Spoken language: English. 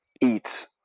eat